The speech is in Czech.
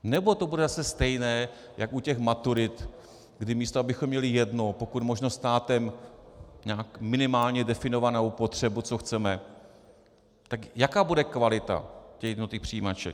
Nebo to bude zase stejné jako u těch maturit, kdy místo abychom měli jednu pokud možno státem nějak minimálně definovanou potřebu, co chceme, tak jaká bude kvalita jednotlivých přijímaček?